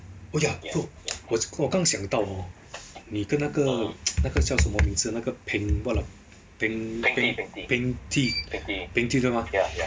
oh ya bro 我我刚想到 hor 你跟那个那个叫什么名字 peng what liao peng~ peng~ pengti pengti 对吗